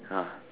!huh!